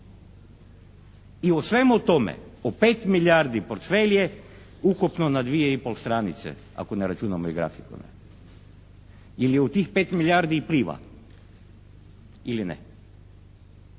I u svemu tome u pet milijardi portfelj je ukupno na dvije i pol stranice, ako ne računamo i grafikone. Ili je u tih pet milijardi i Pliva? Ili ne?